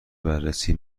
بررسی